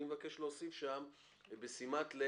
פונקציה שנשארת זה רח"ט